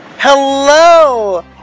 Hello